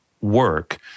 work